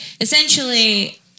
essentially